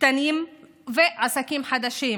קטנים ועסקים חדשים,